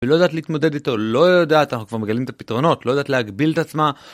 לא יודעת להתמודד איתו, לא יודעת- אנחנו כבר מגלים את הפתרונות לא יודעת להגביל את עצמה